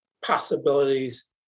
possibilities